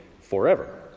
forever